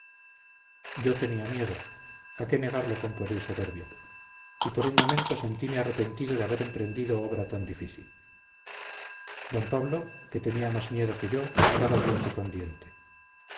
yo tenía miedo a qué negarlo con pueril soberbia y por un momento sentime arrepentido de haber emprendido obra tan difícil d pablo que tenía más miedo que yo daba diente con diente